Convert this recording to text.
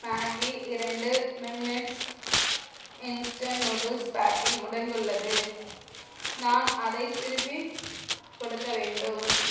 Maggi இரண்டு minutes instant noodles packing உடைந்துள்ளது நான் அதைத் திருப்பிக் கொடுக்க வேண்டும்